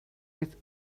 with